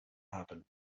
happen